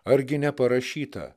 argi neparašyta